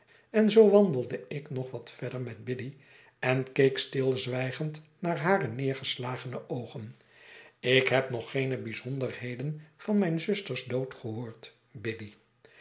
en zoo wandelde ik nog wat verder met biddy en keek stilzwtjgend naar hare neergeslagene oogen ik heb nog geene bijzonderheden van mijn zusters dood gehoord biddy